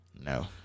No